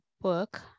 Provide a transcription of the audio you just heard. book